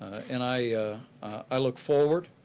and i i look forward,